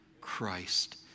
Christ